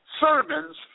sermons